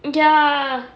ya